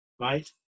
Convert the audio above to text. right